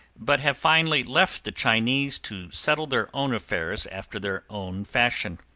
but have finally left the chinese to settle their own affairs after their own fashion.